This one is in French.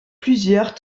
plusieurs